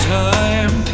time